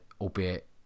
albeit